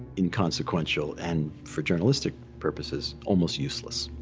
inconsequential, and, for journalistic purposes, almost useless.